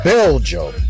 Belgium